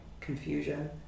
confusion